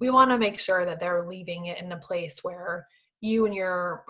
we wanna make sure that they're leaving it in a place where you and your